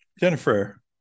Jennifer